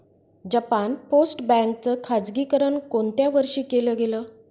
Japan post bank च खाजगीकरण कोणत्या वर्षी केलं गेलं?